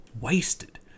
wasted